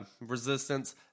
Resistance